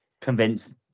convince